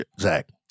Zach